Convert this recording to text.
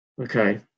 okay